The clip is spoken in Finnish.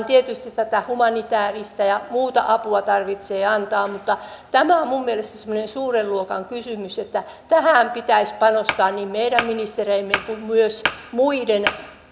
tietysti tätä humanitääristä ja muuta apua tarvitsee antaa mutta tämä on minun mielestäni semmoinen suuren luokan kysymys että tähän pitäisi panostaa niin meidän ministereidemme kuin myös muiden